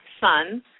son